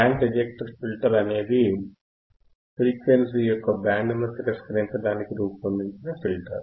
band reject filter అనేది frequency యొక్క బ్యాండ్ను తిరస్కరించడానికి రూపొందించిన ఫిల్టర్